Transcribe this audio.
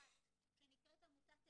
שנקראת עמותת 'ענב',